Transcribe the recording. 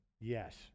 Yes